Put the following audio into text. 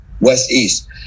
west-east